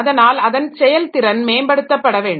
அதனால் அதன் செயல்திறன் மேம்படுத்தப்பட வேண்டும்